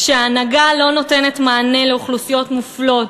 כשההנהגה לא נותנת מענה לאוכלוסיות מופלות,